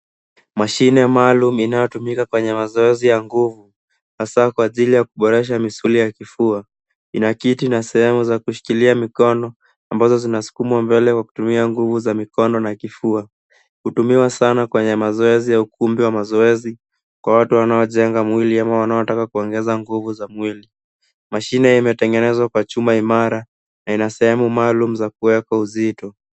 Mashine maalum inayotumika kwenye mazoezi ya nguvu, hasaa kwa ajili ya kuboresha misuli ya kifua. Ina kiti na sehemu za kushikilia mikono ambazo zinaskumwa mbele, kwa kutumia nguvu za mikono na kifua. Hutumiwa sana kwenye mazoezi ya ukumbi wa mazoezi, kwa watu wanaojenga mwili ama wanaotaka kuongeza nguvu za mwili. Mashine imetengenezwa kwa chuma imara na ina sehemu maalum za kuweka uzito.